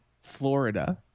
Florida